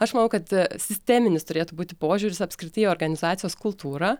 aš manau kad sisteminis turėtų būti požiūris apskritai į organizacijos kultūrą